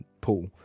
pool